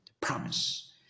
promise